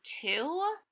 two